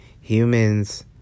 humans